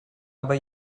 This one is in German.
aber